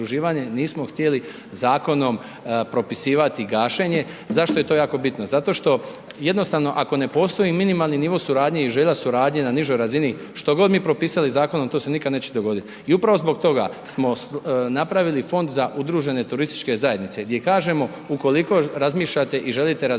Nismo htjeli zakonom propisivati gašenje. Zašto je to jako bitno? Zato što, jednostavno, ako ne postoji minimalni nivo suradnje i želja suradnje na nižoj razini, što god mi propisali zakonom, to se nikada neće dogoditi. I upravo zbog toga smo napravili fond za udružene turističke zajednice gdje kažemo ukoliko razmišljate i želite razvijati